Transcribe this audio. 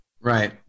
Right